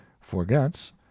forgets